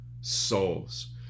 souls